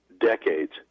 decades